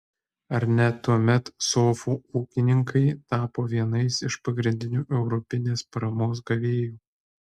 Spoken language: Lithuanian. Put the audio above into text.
ar ne tuomet sofų ūkininkai tapo vienais iš pagrindinių europinės paramos gavėjų